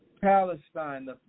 Palestine